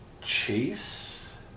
chase